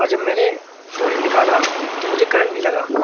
اور جب میں نے فون نکالا تو مجھے کرنٹ بھی لگا